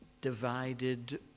divided